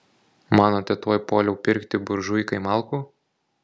manote tuoj puoliau pirkti buržuikai malkų